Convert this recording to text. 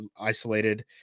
isolated